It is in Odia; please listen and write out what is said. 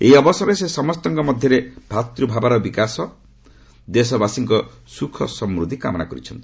ଏହି ଅବସରରେ ସେ ସମସ୍ତଙ୍କ ମଧ୍ୟରେ ଭ୍ରାତୂଭାବର ବିକାଶ ସହ ଦେଶବାସୀଙ୍କ ସମୃଦ୍ଧି କାମନା କରିଛନ୍ତି